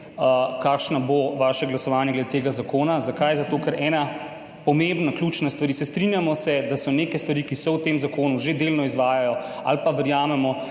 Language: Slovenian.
kakšno bo vaše glasovanje glede tega zakona. Zakaj? Zato, ker je ena pomembna, ključna stvar. Strinjamo se, da so neke stvari, ki se v tem zakonu že delno izvajajo, ali pa verjamemo,